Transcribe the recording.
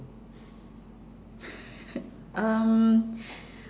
um